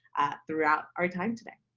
throughout our time today.